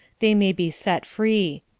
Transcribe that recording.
they may be set free.